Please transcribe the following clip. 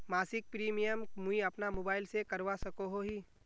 मासिक प्रीमियम मुई अपना मोबाईल से करवा सकोहो ही?